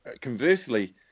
Conversely